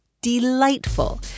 delightful